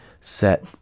set